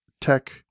tech